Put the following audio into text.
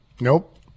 Nope